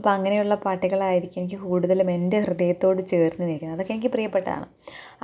അപ്പം അങ്ങനെയുള്ള പാട്ടുകളായിരിക്കും എനിക്ക് കൂടുതലും എന്റെ ഹൃദയത്തോട് ചേർന്ന് നിൽക്കുന്നത് അതൊക്കെ എനിക്ക് പ്രിയപ്പെട്ടതാണ്